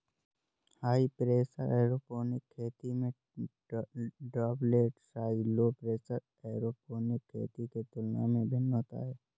high pressure aeroponic खेती में droplet size low pressure aeroponic खेती के तुलना में भिन्न होता है